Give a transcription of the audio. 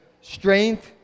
strength